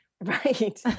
Right